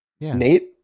Nate